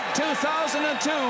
2002